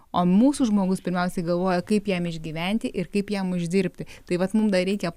o mūsų žmogus pirmiausiai galvoja kaip jam išgyventi ir kaip jam uždirbti tai vat mum dar reikia